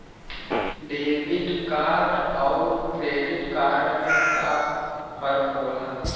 Debit card अउर credit card में का फर्क होला?